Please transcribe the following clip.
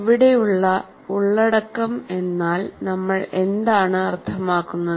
ഇവിടെയുള്ള ഉള്ളടക്കം എന്നാൽ നമ്മൾ എന്താണ് അർത്ഥമാക്കുന്നത്